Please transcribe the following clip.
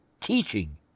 teaching